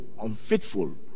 unfaithful